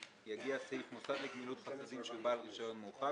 סעיף 30 קובע ש"נושא משרה בבעל רישיון מורחב